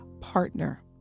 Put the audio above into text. partner